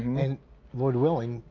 and lord willing,